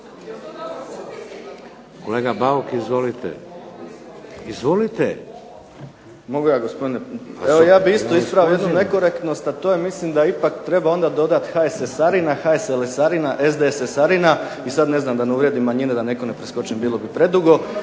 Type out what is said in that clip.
Kolega Bauk, izvolite. Izvolite. **Bauk, Arsen (SDP)** Mogu ja gospodine, evo ja bih ispravio jednu nekorektnost a to je mislim da ipak treba onda dodati HSS-arina, HSLS-arina, SDS-arina i sad ne znam da ne uvrijedim manjine, da nekog ne preskočim bilo bi predugo,